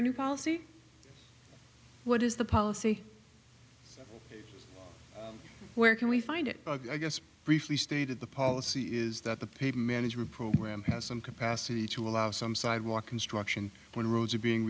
a new policy what is the policy where can we find it i guess briefly stated the policy is that the paid management program has some capacity to allow some sidewalk construction when roads are being